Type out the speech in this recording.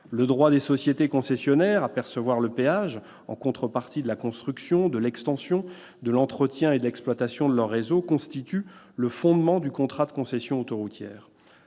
Le droit des sociétés concessionnaires à percevoir le péage en contrepartie de la construction, de l'extension, de l'entretien et de l'exploitation de leur réseau constitue le fondement du contrat de concession autoroutière.